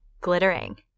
glittering